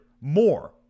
more